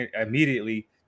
immediately